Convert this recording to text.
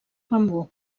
bambú